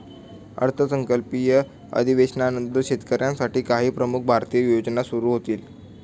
अर्थसंकल्पीय अधिवेशनानंतर शेतकऱ्यांसाठी काही प्रमुख भारतीय योजना सुरू होतील